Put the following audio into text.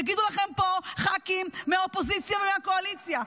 יגידו לכם פה ח"כים מהאופוזיציה והקואליציה.